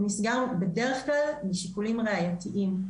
הוא נסגר בדרך כלל משיקולים ראייתיים.